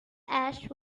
ash